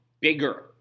bigger